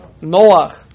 Noah